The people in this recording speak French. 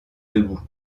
debout